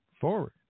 forward